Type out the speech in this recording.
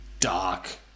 Dark